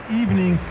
evening